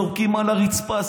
זורקים על הרצפה,